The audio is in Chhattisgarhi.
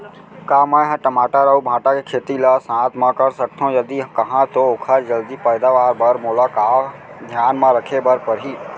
का मै ह टमाटर अऊ भांटा के खेती ला साथ मा कर सकथो, यदि कहाँ तो ओखर जलदी पैदावार बर मोला का का धियान मा रखे बर परही?